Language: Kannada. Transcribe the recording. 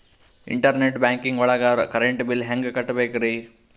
ಇಂಟರ್ನೆಟ್ ಬ್ಯಾಂಕಿಂಗ್ ಒಳಗ್ ಕರೆಂಟ್ ಬಿಲ್ ಹೆಂಗ್ ಕಟ್ಟ್ ಬೇಕ್ರಿ?